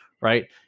right